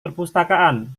perpustakaan